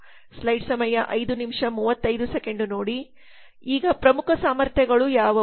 ಈಗ ಪ್ರಮುಖಸಾಮರ್ಥ್ಯಗಳುಯಾವುವು